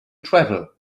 travel